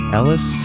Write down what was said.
Ellis